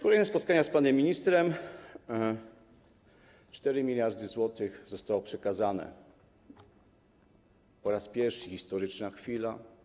Kolejne spotkania z panem ministrem, 4 mld zł zostało przekazane po raz pierwszy, historyczna chwila.